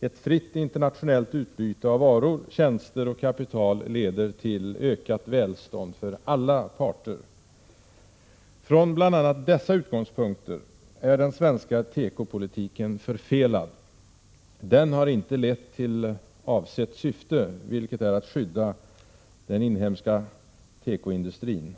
Ett fritt internationellt utbyte av varor, tjänster och kapital leder till ökat välstånd för alla parter. Från bl.a. dessa utgångspunkter är den svenska tekopolitiken förfelad. Den har inte lett till avsett syfte, vilket är att skydda den inhemska tekoindustrin.